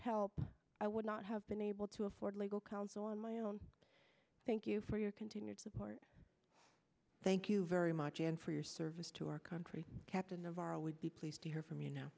help i would not have been able to afford legal counsel on my own thank you for your continued support thank you very much and for your service to our country captain of our would be pleased to hear from you know